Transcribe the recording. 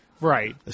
Right